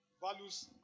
values